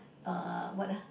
err what ah